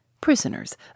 prisoners